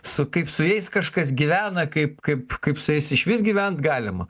su kaip su jais kažkas gyvena kaip kaip kaip su jais išvis gyvent galima